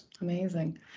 Amazing